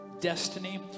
destiny